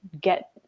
get